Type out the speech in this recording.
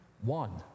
One